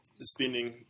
spending